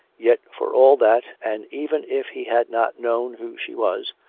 yet for all that, and even if he had not known who she was,